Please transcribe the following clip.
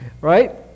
right